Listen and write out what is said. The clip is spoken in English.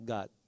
God